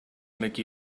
make